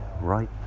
right